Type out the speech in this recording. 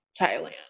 Thailand